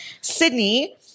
Sydney